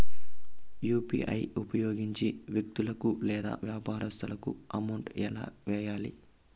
UPI ఉపయోగించి వ్యక్తులకు లేదా వ్యాపారస్తులకు అమౌంట్ ఎలా వెయ్యాలి